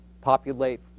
populate